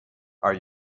are